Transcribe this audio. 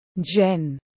Jen